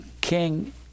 king